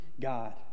God